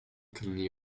colony